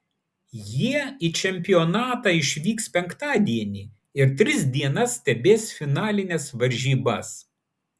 jie į čempionatą išvyks penktadienį ir tris dienas stebės finalines varžybas